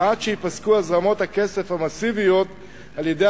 ועד שייפסקו הזרמות הכסף המסיביות על-ידי